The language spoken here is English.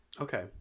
Okay